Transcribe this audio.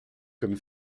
comme